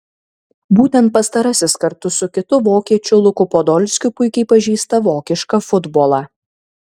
būtent pastarasis kartu su kitu vokiečiu luku podolskiu puikiai pažįsta vokišką futbolą